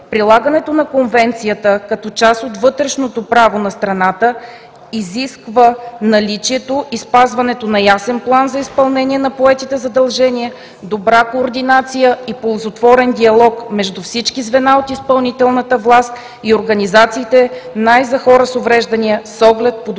Прилагането на Конвенцията, като част от вътрешното право на страната, изисква наличието и спазването на ясен план за изпълнение на поетите задължения, добра координация и ползотворен диалог между всички звена от изпълнителната власт и организациите, най-вече за хора с увреждания, с оглед подобряване